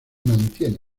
mantiene